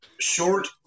short